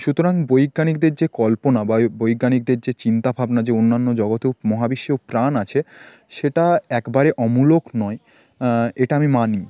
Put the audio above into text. সুতরাং বৈজ্ঞানিকদের যে কল্পনা বা এই বৈজ্ঞানিকদের যে চিন্তাভাবনা যে অন্যান্য জগতেও মহাবিশ্বেও প্রাণ আছে সেটা একবারে অমূলক নয় এটা আমি মানি